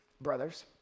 brothers